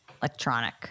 electronic